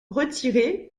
retirer